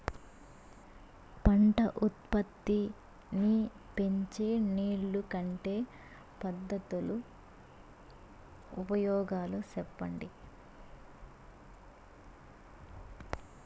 పంట ఉత్పత్తి నీ పెంచే నీళ్లు కట్టే పద్ధతుల ఉపయోగాలు చెప్పండి?